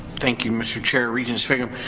thank you mr. chair, regent sviggum,